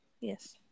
Yes